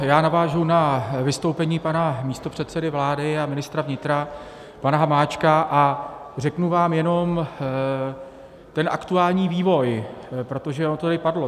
Já navážu na vystoupení pana místopředsedy vlády a ministra vnitra pana Hamáčka a řeknu vám jenom ten aktuální vývoj, protože ono to tady padlo.